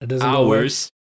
Hours